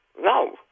No